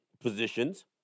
positions